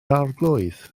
arglwydd